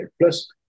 Plus